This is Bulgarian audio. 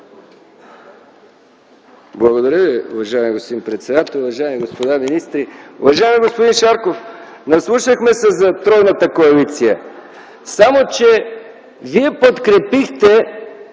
Благодаря Ви, уважаеми господин председател. Уважаеми господа министри! Уважаеми господин Шарков, наслушахме се за тройната коалиция, само че вие подкрепихте